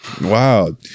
Wow